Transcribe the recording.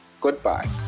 Goodbye